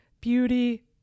beauty